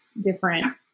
different